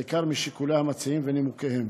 בעיקר משיקולי המציעים ונימוקיהם.